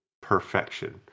perfection